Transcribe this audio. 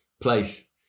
place